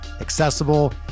accessible